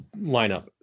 lineup